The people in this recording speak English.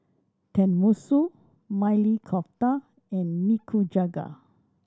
Tenmusu Maili Kofta and Nikujaga